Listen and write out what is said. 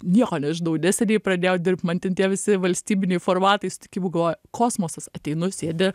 nieko nežinau neseniai pradėjau dirbt man ten tie visi valstybiniai formatai susitikimų galvoju kosmosas ateinu sėdi